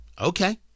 Okay